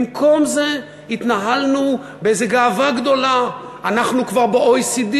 במקום זה התנהלנו באיזו גאווה גדולה: אנחנו כבר ב-OECD,